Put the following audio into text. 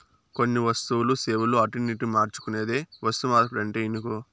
కొన్ని వస్తువులు, సేవలు అటునిటు మార్చుకునేదే వస్తుమార్పిడంటే ఇనుకో